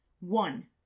one